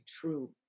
true